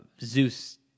zeus